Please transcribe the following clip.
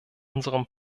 unserem